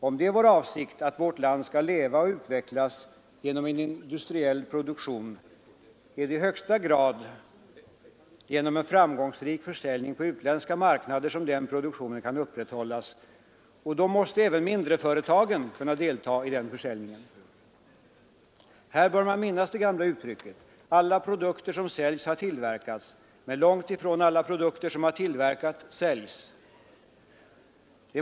Om det är vår avsikt att vårt land skall leva och utvecklas genom industriell produktion, så är det i högsta grad genom en framgångsrik försäljning på utländska marknader som den produktionen kan upprätthållas. Och då måste även de mindre företagen kunna delta. Här bör man minnas det gamla uttrycket att ”alla produkter som säljs har tillverkats — men långt ifrån alla produkter som har tillverkats säljs”.